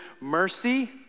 mercy